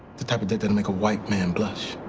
the type of debt that'd make a white man blush.